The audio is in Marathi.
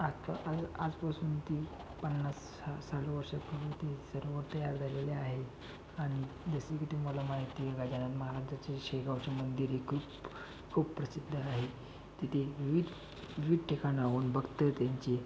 आता आणि आजपासून ती पन्नास ह सालो वर्षापूर्वी ते सर्व तयार झालेले आहे आणि जसे की ते मला माहिती आहे गजानन महाराजाचे शेगावचे मंदिर हे खूप खूप प्रसिद्ध आहे तिथे विविध विविध ठिकाणावरून भक्त आहे त्यांचे